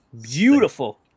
Beautiful